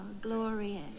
glorious